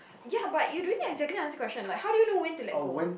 ya but you doing exactly answer question like how do you know when to let go